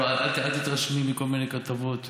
הייתה עד לפני, אל תתרשמי מכל מיני כתבות.